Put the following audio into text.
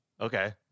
Okay